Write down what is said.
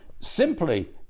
simply